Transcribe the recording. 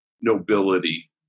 nobility